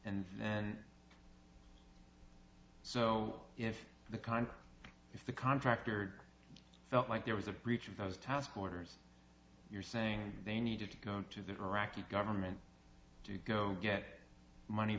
and and so if the congress if the contractor felt like there was a breach of those task orders you're saying they needed to go to the iraqi government to go get money